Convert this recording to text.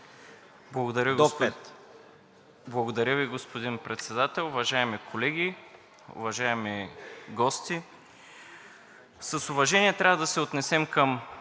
Благодаря Ви, господин Председател. Уважаеми колеги, уважаеми гости! С уважение трябва да се отнесем към